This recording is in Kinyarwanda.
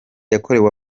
yakorewe